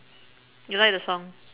you like the song